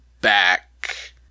Back